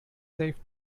safe